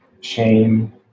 shame